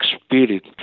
spirit